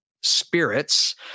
spirits